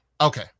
okay